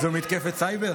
זו מתקפת סייבר.